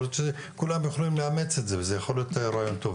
יכול להיות שכולם יכולים לאמץ את זה וזה יכול להיות רעיון טוב.